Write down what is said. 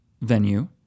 venue